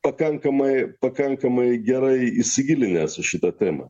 pakankamai pakankamai gerai įsigilinęs į šitą temą